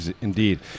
Indeed